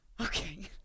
Okay